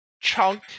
chunk